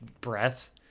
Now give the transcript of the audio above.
breath